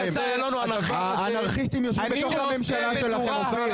פועלים בתוך הממשלה שלכם.